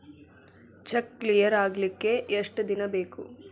Check clear ಆಗಲಿಕ್ಕೆ ಎಷ್ಟ ದಿನ ಬೇಕು?